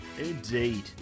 Indeed